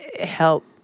help